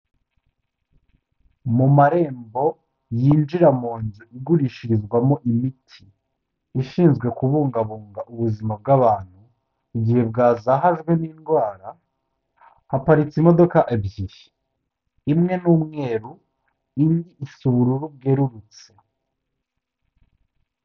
Mu marembo yinjira mu nzu igurishirizwamo imiti, ishinzwe kubungabunga ubuzima bw'abantu igihe bwazahajwe n'indwara, haparitse imodoka ebyiri, imwe ni umweru, indi isa ubururu bwerurutse.